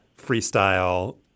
freestyle